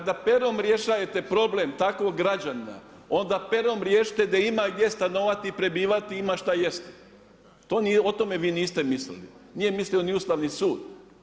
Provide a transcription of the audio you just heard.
Kada perom rješajete problem takvog građanina onda perom riješite da ima gdje stanovati, prebivati i ima šta jesti, o tome vi niste mislili, nije mislio ni Ustavni sud.